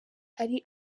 ari